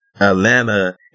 Atlanta